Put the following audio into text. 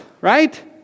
Right